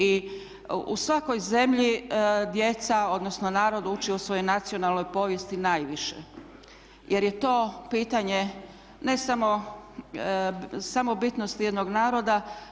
I u svakoj zemlji djeca, odnosno narod uči o svojoj nacionalnoj povijesti najviše jer je to pitanje ne samo samobitnosti jednog naroda.